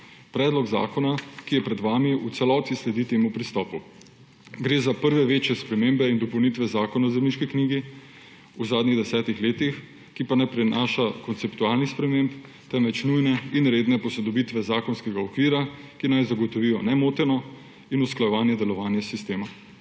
Predlog zakona, ki je pred vami, v celoti sledi temu pristopu. Gre za prve večje spremembe in dopolnitve Zakona o zemljiški knjigi v zadnjih 10 letih, ki pa ne prinašajo konceptualnih sprememb, temveč nujne in redne posodobitve zakonskega okvira, ki naj zagotovijo nemoteno in usklajevano delovanja sistema.